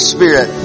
Spirit